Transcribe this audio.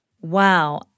Wow